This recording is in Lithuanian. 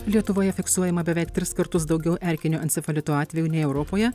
lietuvoje fiksuojama beveik tris kartus daugiau erkinio encefalito atvejų nei europoje